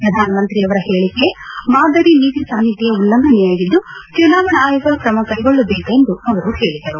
ಪ್ರಧಾನಮಂತ್ರಿ ಅವರ ಹೇಳಿಕೆ ಮಾದರಿ ನೀತಿ ಸಂಹಿತೆಯ ಉಲ್ಲಂಘನೆಯಾಗಿದ್ದು ಚುನಾವಣಾ ಆಯೋಗ ಕ್ರಮ ಕೈಗೊಳ್ಳಬೇಕೆಂದು ಅವರು ಹೇಳಿದರು